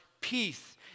peace